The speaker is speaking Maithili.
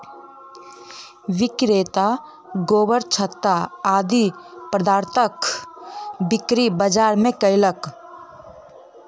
विक्रेता गोबरछत्ता आदि पदार्थक बिक्री बाजार मे कयलक